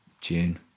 June